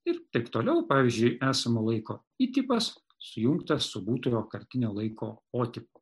ir tap toliau pavyzdžiui esamo laiko i tipas sujungtas su būtojo kartinio laiko o tipu